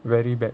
very bad